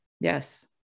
Yes